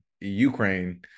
Ukraine